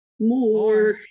More